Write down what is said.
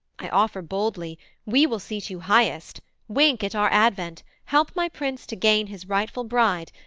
i offer boldly we will seat you highest wink at our advent help my prince to gain his rightful bride,